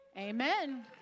Amen